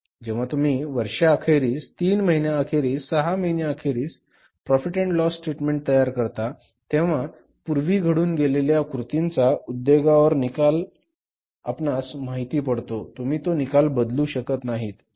जेव्हा तुम्ही वर्षा अखेरीस तीन महिन्या अखेरीस सहा महिन्या अखेरीस प्रॉफिट अँड लॉस स्टेटमेंट तयार करता तेव्हा पूर्वी घडून गेलेल्या कृतींचा उद्योगांवर निकाल आपणास माहिती पडतो तुम्ही तो निकाल बदलू शकत नाहीत